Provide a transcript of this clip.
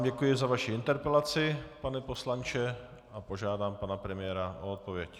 Děkuji vám za vaši interpelaci, pane poslanče, a požádám pana premiéra o odpověď.